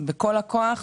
בכל הכוח.